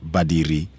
Badiri